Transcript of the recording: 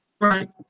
Right